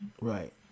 Right